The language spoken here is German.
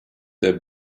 der